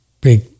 big